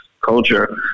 culture